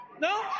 No